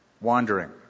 wandering